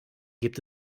gibt